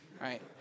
right